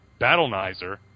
Battlenizer